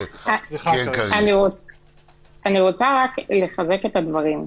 אני רוצה רק לחזק את הדברים.